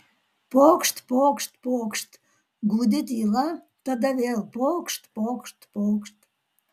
pokšt pokšt pokšt gūdi tyla tada vėl pokšt pokšt pokšt